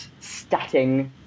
statting